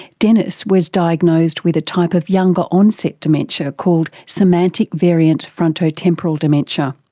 dennis was diagnosed with a type of younger onset dementia called semantic variant frontotemporal dementia.